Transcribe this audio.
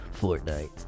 Fortnite